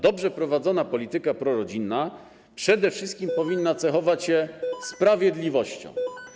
Dobrze prowadzona polityka prorodzinna przede wszystkim powinna cechować się sprawiedliwością.